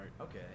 Okay